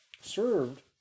served